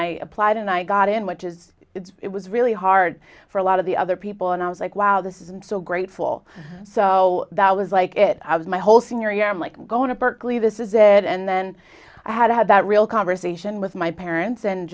i applied and i got in which is it was really hard for a lot of the other people and i was like wow this is so grateful so that was like it i was my whole senior year i'm like going to berkeley this is it and then i had that real conversation with my parents and